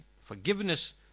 forgiveness